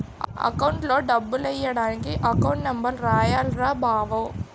అకౌంట్లో డబ్బులెయ్యడానికి account number రాయాల్రా బావో